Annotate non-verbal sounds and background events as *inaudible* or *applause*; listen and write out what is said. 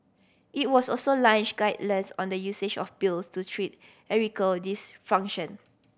it was also launch guidelines on the usage of pills to treat *unintelligible* dysfunction